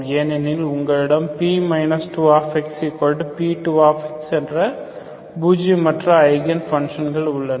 ஏனெனில் உங்களிடம் P 2xP2x என்ற பூஜ்ஜிய மற்ற ஐகன் பங்ஷன்கள் உள்ளன